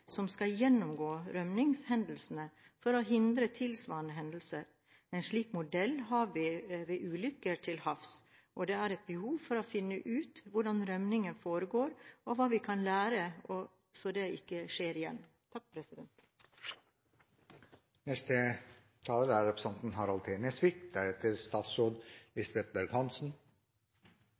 som kan gjennomgå rømningshendelsene for å hindre tilsvarende hendelser. En slik modell har vi ved ulykker til havs. Det er et behov for å finne ut hvordan rømninger foregår og hva vi kan lære, så det ikke skjer igjen.